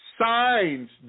signs